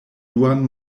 duan